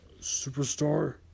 Superstar